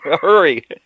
Hurry